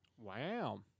Wow